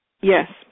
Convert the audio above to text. Yes